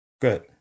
Good